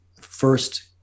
first